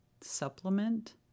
supplement